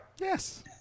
Yes